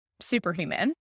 superhuman